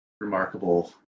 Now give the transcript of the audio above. remarkable